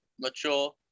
mature